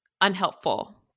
unhelpful